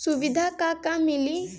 सुविधा का का मिली?